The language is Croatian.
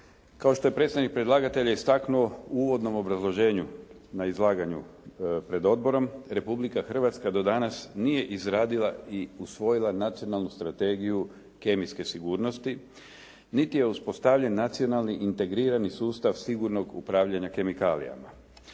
Kao što je predstavnik predlagatelja istaknuo u uvodnom obrazloženju na izlaganju pred odborom Republika Hrvatska do danas nije izradila i usvojila Nacionalnu strategiju kemijske sigurnosti niti je uspostavljen nacionalni integrirani sustav sigurnog upravljanja kemikalijama.